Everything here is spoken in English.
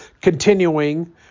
Continuing